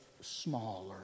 smaller